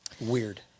Weird